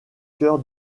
cœur